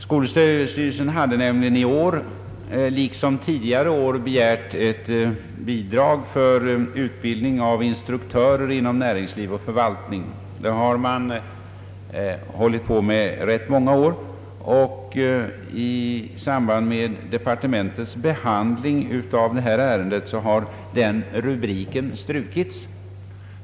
Skolöverstyrelsen hade i år liksom tidigare rätt många år begärt ett bidrag för utbildning av instruktörer inom näringsliv och förvaltning, men i samband med departementets behandling av ärendet har den rubriken i år strukits.